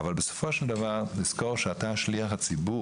אבל בסופו של דבר לזכור שאתה שליח ציבור.